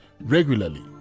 regularly